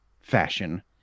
fashion